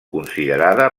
considerada